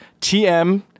TM